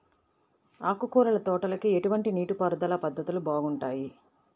ఆకుకూరల తోటలకి ఎటువంటి నీటిపారుదల పద్ధతులు బాగుంటాయ్?